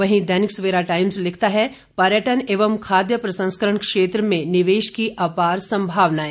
वहीं दैनिक सवेरा टाईम्स लिखता है पर्यटन एवं खाद्य प्रसंस्करण क्षेत्र में निवेश की अपार संभावनाएं